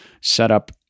setup